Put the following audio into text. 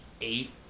eight